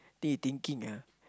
I think you thinking ah